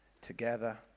together